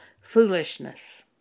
foolishness